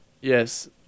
yes